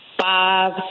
five